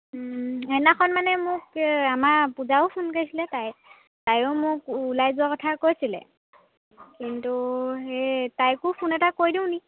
সেইদিনাখন মানে মোক এই আমাৰ পূজাও ফোন কৰিছিলে তাই তায়ো মোক ওলাই যোৱাৰ কথা কৈছিলে কিন্তু সেই তাইকো ফোন এটা কৰি দিওঁ নি